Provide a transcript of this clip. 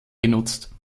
genutzt